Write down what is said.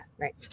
right